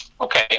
Okay